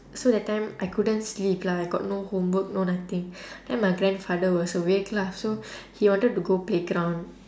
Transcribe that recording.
so that time I couldn't sleep lah I got no homework no nothing then my grandfather was awake lah so he wanted to go playground